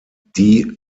die